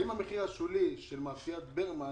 האם המחיר השולי של מאפיית ברמן